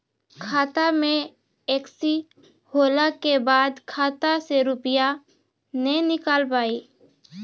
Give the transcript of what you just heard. खाता मे एकशी होला के बाद खाता से रुपिया ने निकल पाए?